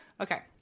okay